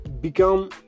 become